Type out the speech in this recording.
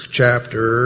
chapter